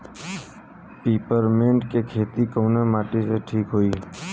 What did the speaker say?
Peppermint के खेती कवने माटी पे ठीक होई?